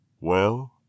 Well